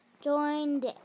joined